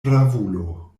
bravulo